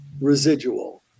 residual